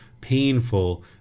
painful